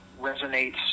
resonates